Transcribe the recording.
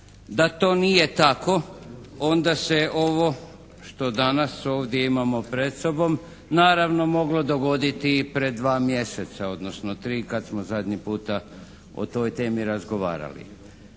Da to nije tako onda se ovo što danas ovdje imamo pred sobom naravno moglo dogoditi i pred dva mjeseca, odnosno tri kad smo zadnji puta o toj temi razgovarali.